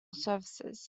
services